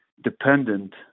dependent